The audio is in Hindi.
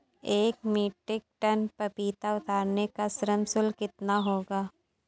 एक मीट्रिक टन पपीता उतारने का श्रम शुल्क कितना होगा?